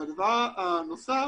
הדבר הנוסף